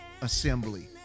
assembly